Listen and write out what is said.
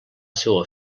seva